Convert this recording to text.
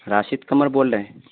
راشد قمر بول رہے ہیں